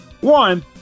One